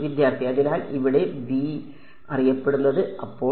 വിദ്യാർത്ഥി അതിനാൽ ഇവിടെ അറിയപ്പെടുന്നത് അപ്പോൾ